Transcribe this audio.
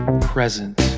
present